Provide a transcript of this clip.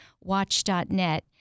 watch.net